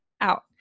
out